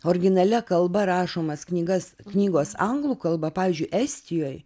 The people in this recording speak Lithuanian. originalia kalba rašomas knygas knygos anglų kalba pavyzdžiui estijoj